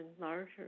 larger